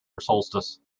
solstice